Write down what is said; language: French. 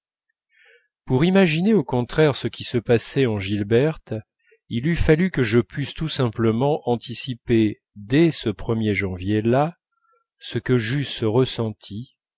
pour imaginer au contraire ce qui se passait en gilberte il eût fallu que je pusse tout simplement anticiper dès ce ier janvier là ce que j'eusse ressenti